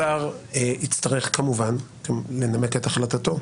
השר יצטרך כמובן לנמק את החלטתו,